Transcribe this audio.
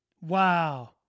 Wow